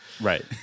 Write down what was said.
Right